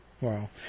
Wow